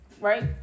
Right